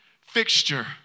fixture